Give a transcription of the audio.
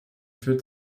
führt